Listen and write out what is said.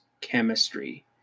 chemistry